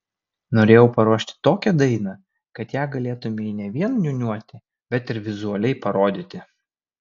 norėjau paruošti tokią dainą kad ją galėtumei ne vien niūniuoti bet ir vizualiai parodyti